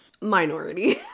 Minority